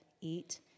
eat